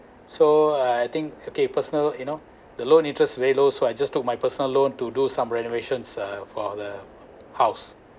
so I think okay personal you know the loan interest very low so I just took my personal loan to do some renovation uh for the house